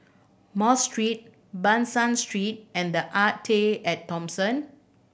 Mosque Street Ban San Street and The Arte At Thomson